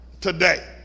today